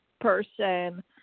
person